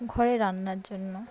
ঘরে রান্নার জন্য